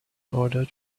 order